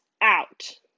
out